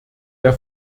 der